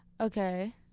Okay